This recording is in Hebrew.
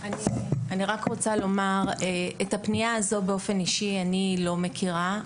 את הפנייה הזאת באופן אישי אני לא מכירה,